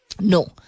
No